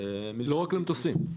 לא רק למטוסים.